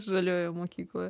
žaliojoje mokykloje